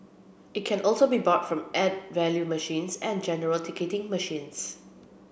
it can also be bought from add value machines and general ticketing machines